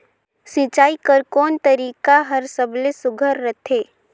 सिंचाई कर कोन तरीका हर सबले सुघ्घर रथे?